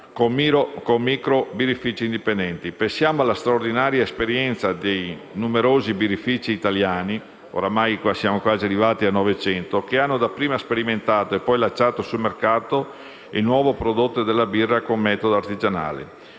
e microfiltrazione. Pensiamo alla straordinaria esperienza di numerosi birrifici italiani (oramai siamo quasi arrivati a novecento), che hanno dapprima sperimentato e poi lanciato sul mercato il nuovo prodotto della birra ottenuta con metodo artigianale.